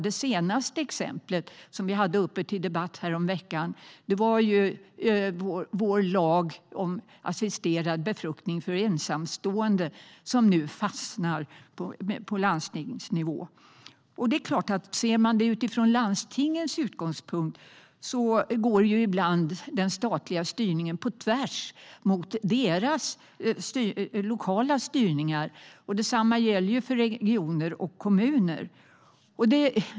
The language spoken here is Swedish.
Det senaste exemplet, som vi hade uppe till debatt häromveckan, var vår lag om assisterad befruktning för ensamstående som nu fastnar på landstingsnivå. Från landstingens utgångspunkt går den statliga styrningen ibland på tvärs mot deras lokala styrning. Detsamma gäller för regioner och kommuner.